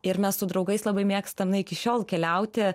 ir mes su draugais labai mėgstam na iki šiol keliauti